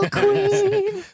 queen